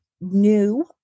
new